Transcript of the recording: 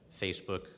Facebook